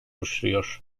oluşturuyor